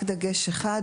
רק דגש אחד,